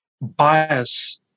bias